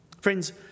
Friends